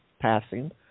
passing